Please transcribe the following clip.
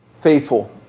faithful